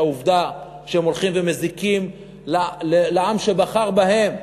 העובדה שהם הולכים ומזיקים לעם שבחר בהם,